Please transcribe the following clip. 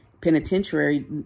penitentiary